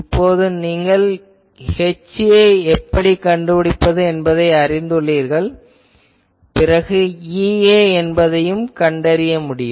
இப்போது நீங்கள் HA எப்படிக் கண்டுபிடிப்பது என்பதை அறிந்துள்ளீர்கள் பிறகு EA என்பதையும் கண்டுபிடிக்க முடியும்